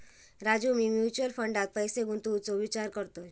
राजू, मी म्युचल फंडात पैसे गुंतवूचो विचार करतय